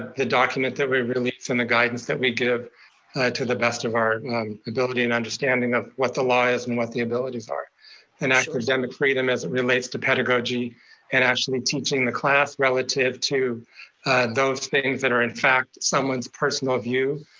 the document that we released and the guidance that we give to the best of our ability and understanding of what the law is and what the abilities are and academic freedom as it relates to pedagogy and actually teaching the class relative to those things that are in fact, someone's personal view,